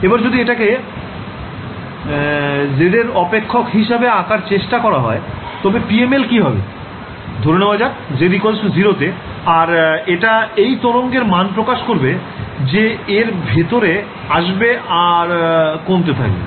এবার যদি এটাকে z এর অপেক্ষক হিসেবে আঁকার চেষ্টা করা হয় তবে PMLকি হবে ধরে নেওয়া যাক z0 তে আর এটা এই তরঙ্গের মাণ প্রকাশ করবে যে এর ভেতরে আসবে আর কমতে থাকবে